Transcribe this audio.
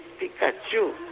Pikachu